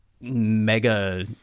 mega